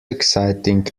exciting